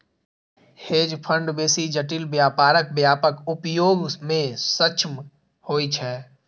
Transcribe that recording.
hedge fund बेसी जटिल व्यापारक व्यापक उपयोग मे सक्षम होइ छै